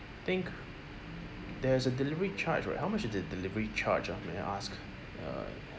think there's a delivery charge right how much is the delivery charge ah may I ask uh